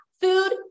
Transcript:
Food